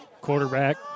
quarterback